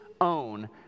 own